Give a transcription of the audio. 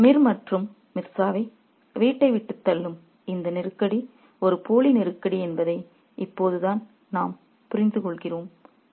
refer slide time 2220 Mir மற்றும் மிர்ஸாவை வீட்டை விட்டு தள்ளும் இந்த நெருக்கடி ஒரு போலி நெருக்கடி என்பதை இப்போதுதான் நாம் புரிந்துகொள்கிறோம்